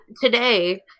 today